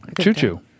Choo-choo